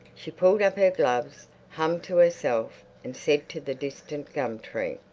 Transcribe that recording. she pulled up her gloves, hummed to herself and said to the distant gum-tree,